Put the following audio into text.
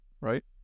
Right